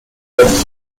with